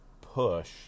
push